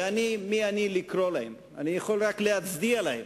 ואני, מי אני לקרוא להם, אני יכול רק להצדיע להם,